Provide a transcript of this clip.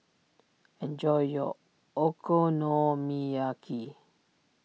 enjoy your Okonomiyaki